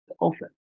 often